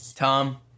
Tom